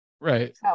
Right